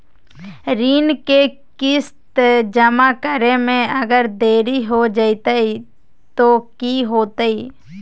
ऋण के किस्त जमा करे में अगर देरी हो जैतै तो कि होतैय?